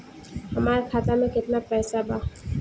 हमार खाता मे केतना पैसा बा?